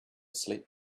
sleep